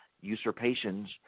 usurpations